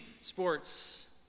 sports